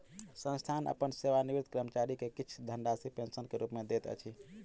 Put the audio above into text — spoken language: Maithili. संस्थान अपन सेवानिवृत कर्मचारी के किछ धनराशि पेंशन के रूप में दैत अछि